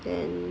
then